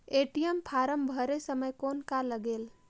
ATM form भरे समय कौन का लगेल?